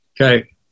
Okay